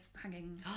hanging